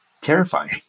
terrifying